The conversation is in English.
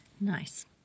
Nice